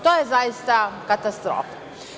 To je zaista katastrofa.